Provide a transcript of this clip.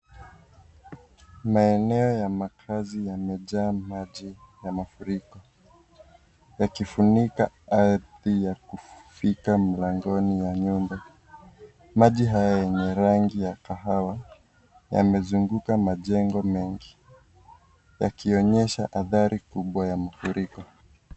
Maeneo ya makazi yamejaa maji ya mafuriko, yakifunika ardhi ya kufika mlangoni ya nyumba. Maji haya yenye rangi ya kahawa, yamezunguka majengo mengi, yakionyesha athari kubwa ya mafuriko.